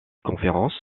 conférences